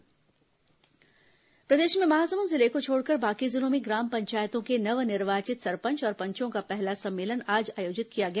ग्राम पंचायत सम्मेलन प्रदेश में महासमुंद जिले को छोड़कर बाकी जिलों में ग्राम पंचायतों के नव निर्वाचित सरपंच और पंचों का पहला सम्मेलन आज आयोजित किया गया